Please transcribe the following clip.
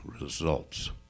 results